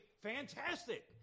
fantastic